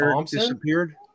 disappeared